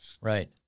Right